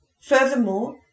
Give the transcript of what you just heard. Furthermore